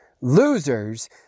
Losers